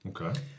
Okay